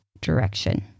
direction